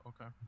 Okay